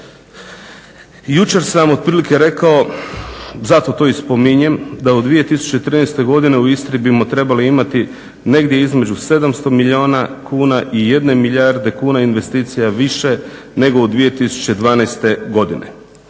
Jučer sam otprilike rekao, zato to i spominjem, da u 2013. godini u Istri bismo trebali imati negdje između 700 milijuna kuna i 1 milijarde kuna investicija više nego 2012. godine.